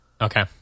Okay